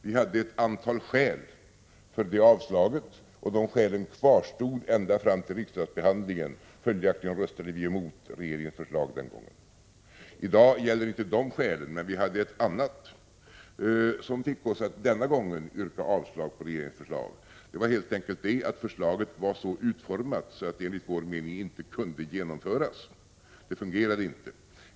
Vi hade ett antal skäl för det avslaget, och de skälen kvarstod ända fram till riksdagsbehandlingen. Följaktligen röstade vi emot regeringens förslag den gången. I dag gäller inte de skälen, men vi hade ett annat skäl, som fick oss att denna gång yrka avslag på regeringens förslag — helt enkelt att förslaget var så utformat att det enligt vår mening inte kunde = Prot. 1986/87:119 genomföras. Det fungerade inte.